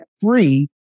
free